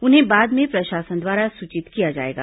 उन्हें बाद में प्रशासन द्वारा सूचित किया जाएगा